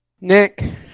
Nick